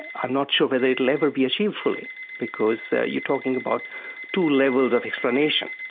i'm not sure whether it will ever be achieved fully because you are talking about two levels of explanation.